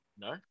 no